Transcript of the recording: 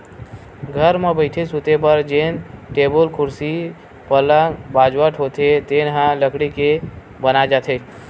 घर म बइठे, सूते बर जेन टेबुल, कुरसी, पलंग, बाजवट होथे तेन ह लकड़ी के बनाए जाथे